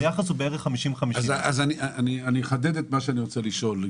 היחס הוא בערך 50:50. אני אחדד את מה שאני רוצה לשאול.